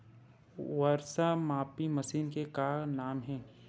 वर्षा मापी मशीन के का नाम हे?